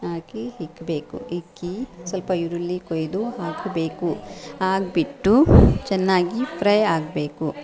ಹಾಕಿ ಇಕ್ಬೇಕು ಇಕ್ಕಿ ಸ್ವಲ್ಪ ಈರುಳ್ಳಿ ಕೊಯ್ದು ಹಾಕಬೇಕು ಹಾಕ್ಬಿಟ್ಟು ಚೆನ್ನಾಗಿ ಫ್ರೈ ಆಗಬೇಕು